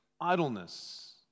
idleness